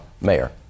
mayor